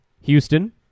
Houston